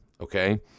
Okay